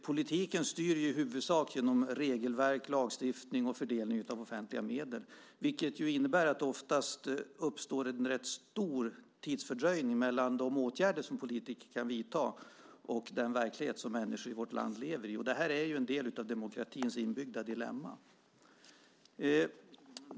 Politiken styr i huvudsak genom regelverk, lagstiftning och fördelning av offentliga medel, vilket innebär att det oftast uppstår en rätt stor fördröjning i de åtgärder som politiker kan vidta för att förändra den verklighet som människor i vårt land lever i. Det är en del av demokratins inbyggda dilemma.